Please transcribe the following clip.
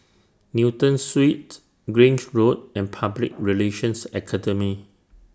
Newton Suites Grange Road and Public Relations Academy